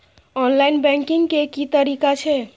Online banking के की तरीका छै?